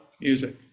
music